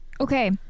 Okay